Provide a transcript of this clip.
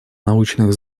научных